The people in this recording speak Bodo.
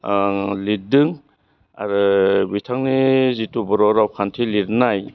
लिरदों आरो बिथांनि जिथु बर' रावखान्थि लिरनाय